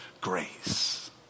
grace